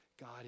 God